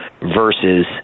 versus